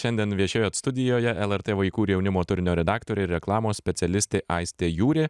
šiandien viešėjot studijoje lrt vaikų ir jaunimo turinio redaktorė ir reklamos specialistė aistė jūrė